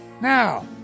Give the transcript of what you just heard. Now